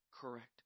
correct